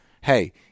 Hey